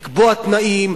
לקבוע תנאים,